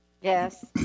yes